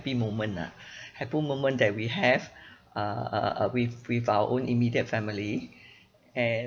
happy moment ah happy moment that we have uh uh uh with with our own immediate family and